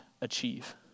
achieve